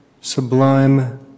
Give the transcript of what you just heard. sublime